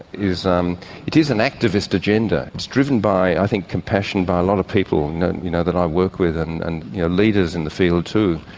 is um it is an activist agenda, it's driven by i think compassion by a lot of people you know that i work with and and you know leaders in the field too.